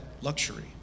luxury